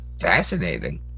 fascinating